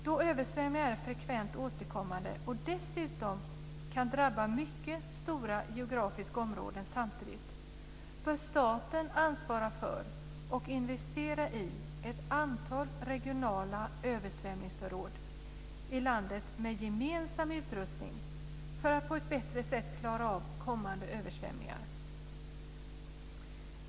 Då översvämningarna är frekvent återkommande och dessutom kan drabba mycket stora geografiska områden samtidigt bör staten ansvara för och investera i ett antal regionala översvämningsförråd i landet med gemensam utrustning för att på ett bättre sätt klara av kommande översvämningar.